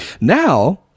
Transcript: Now